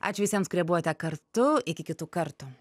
ačiū visiems kurie buvote kartu iki kitų kartų